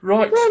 Right